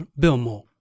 Bilmo